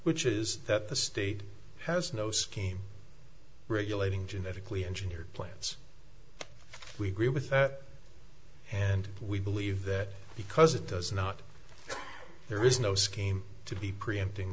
which is that the state has no scheme regulating genetically engineered plants we agree with that and we believe that because it does not there is no scheme to be preempting